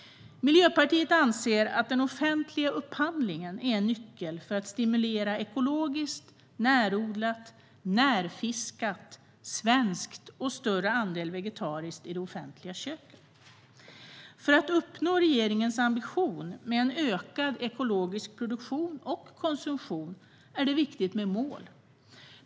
Miljöpartiet anser att den offentliga upphandlingen är en nyckel för att stimulera ekologiskt, närodlat, närfiskat, svenskt och en större andel vegetariskt i de offentliga köken. För att uppnå regeringens ambition med en ökad ekologisk produktion och konsumtion är det viktigt med mål.